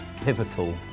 pivotal